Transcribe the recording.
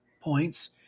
points